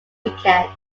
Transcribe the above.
weekend